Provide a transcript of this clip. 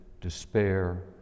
despair